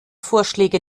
vorschläge